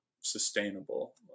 sustainable